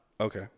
Okay